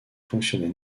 fonctionner